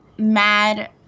mad